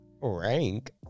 Rank